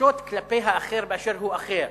ההרגשות כלפי האחר באשר הוא אחר,